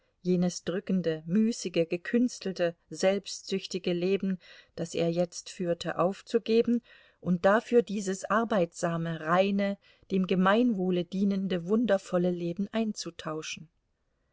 jenes drückende müßige gekünstelte selbstsüchtige leben das er jetzt führte aufzugeben und dafür dieses arbeitsame reine dem gemeinwohle dienende wundervolle leben einzutauschen